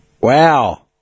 Wow